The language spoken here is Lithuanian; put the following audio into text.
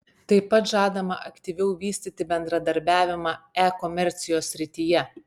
tai pat žadama aktyviau vystyti bendradarbiavimą e komercijos srityje